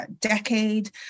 decade